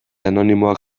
anonimoak